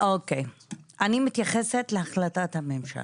אני מתייחסת להחלטת הממשלה.